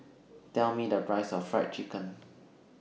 Tell Me The Price of Fried Chicken